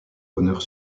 honneur